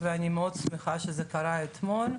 ואני מאוד שמחה שזה קרה אתמול.